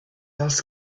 else